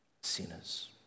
sinners